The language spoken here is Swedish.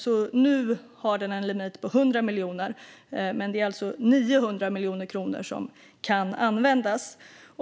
Så nu har den en limit på 100 miljoner, men det är alltså 900 miljoner kronor som kan användas.